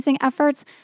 efforts